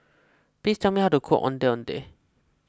please tell me how to cook Ondeh Ondeh